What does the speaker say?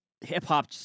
Hip-hop